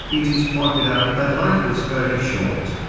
it is pointed out that life is very short.